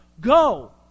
go